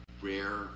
rare